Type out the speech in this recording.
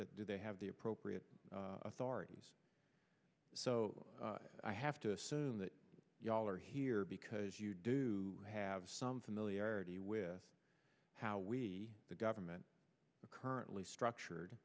and do they have the appropriate authorities so i have to assume that you all are here because you do have some familiarity with how we the government currently structured